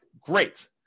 great